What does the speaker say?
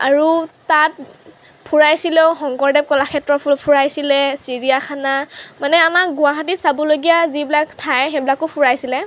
আৰু তাত ফুৰাইছিলেও শংকৰদেৱ কলাক্ষেত্ৰ ফু ফুৰাইছিলে চিৰিয়াখানা মানে আমাক গুৱাহাটীৰ চাবলগীয়া যিবিলাক ঠাই সেইবিলাকো ফুৰাইছিলে